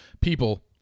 people